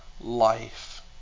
life